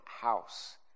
house